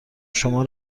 شما